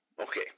Okay